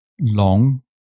long